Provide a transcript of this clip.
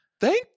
thank